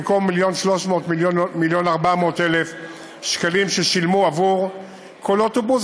700,000 במקום 1.3 1.4 מיליון שקלים ששילמו עבור כל אוטובוס.